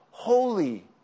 Holy